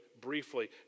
briefly